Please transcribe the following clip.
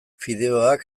fideoak